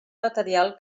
material